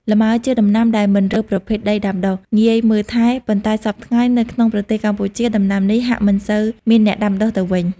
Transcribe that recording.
លម៉ើ ជាដំណាំដែលមិនរើសប្រភេទដីដាំដុះ ងាយមើលថែ ប៉ុន្តែសព្វថ្ងៃនៅក្នងប្រទេសកម្ពុជា ដំណាំនេះហាក់មិនសូវ មានអ្នកដាំដុះទៅវិញ។